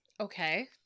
Okay